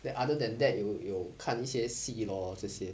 then other than that 有有看一些戏 lor 这些